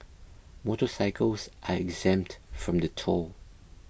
motorcycles are exempt from the toll